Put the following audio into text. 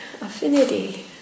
affinity